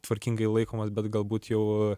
tvarkingai laikomas bet galbūt jau